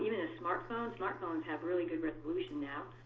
you know a smartphone smartphones have really good resolution now.